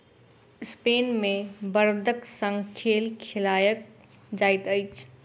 Spain मे बड़दक संग खेल खेलायल जाइत अछि